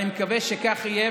אני מקווה שכך יהיה,